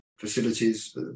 Facilities